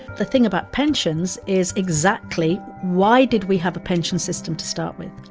the thing about pensions is exactly why did we have a pension system to start with?